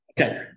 Okay